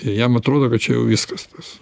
ir jam atrodo kad čia jau viskas tas